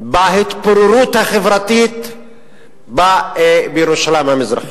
בהתפוררות החברתית בירושלים המזרחית.